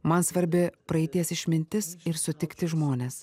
man svarbi praeities išmintis ir sutikti žmonės